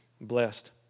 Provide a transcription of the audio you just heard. Blessed